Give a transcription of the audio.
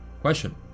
Question